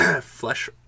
flesh